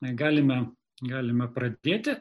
galime galime pradėti